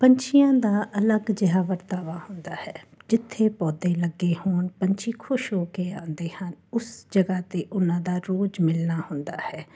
ਪੰਛੀਆਂ ਦਾ ਅਲੱਗ ਜਿਹਾ ਵਰਤਾਵਾ ਹੁੰਦਾ ਹੈ ਜਿੱਥੇ ਪੌਦੇ ਲੱਗੇ ਹੋਣ ਪੰਛੀ ਖੁਸ਼ ਹੋ ਕੇ ਆਉਂਦੇ ਹਨ ਉਸ ਜਗ੍ਹਾ 'ਤੇ ਉਹਨਾਂ ਦਾ ਰੋਜ਼ ਮਿਲਣਾ ਹੁੰਦਾ ਹੈ